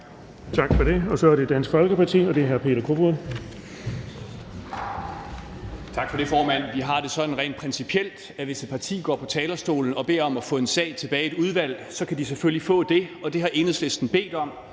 Tak for det. Så er det Dansk Folkeparti, og det er hr. Peter Kofod. Kl. 14:31 (Ordfører) Peter Kofod (DF): Tak for det, formand. Vi har det sådan rent principielt, at hvis et parti går på talerstolen og beder om at få en sag tilbage i et udvalg, så kan de selvfølgelig få lov til det, og det har Enhedslisten bedt om.